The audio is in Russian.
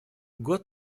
год